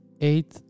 eight